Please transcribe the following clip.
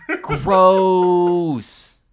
Gross